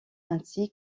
ainsi